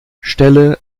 stelle